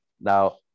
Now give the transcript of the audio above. Now